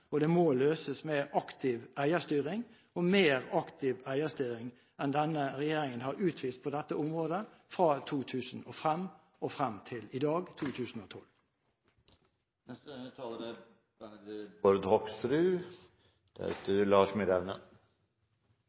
med aktiv eierstyring – og mer aktiv eierstyring enn denne regjeringen har utvist på dette området fra 2005 og frem til i dag, i 2012. Det er veldig bra at interpellanten tar opp dette viktige spørsmålet. Det er